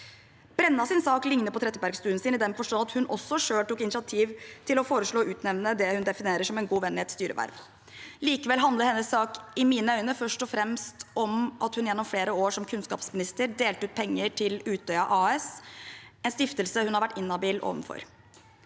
Brennas sak ligner på Trettebergstuens i den forstand at hun også selv tok initiativ til å foreslå og utnevne det hun definerer som en god venn til et styreverv. Likevel handler hennes sak i mine øyne først og fremst om at hun gjennom flere år som kunnskapsminister delte ut penger til Utøya AS – en stiftelse hun har vært inhabil overfor.